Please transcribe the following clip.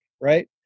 Right